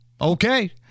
Okay